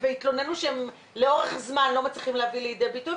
והתלוננו שלאורך זמן הם לא מצליחים לבוא לידי ביטוי.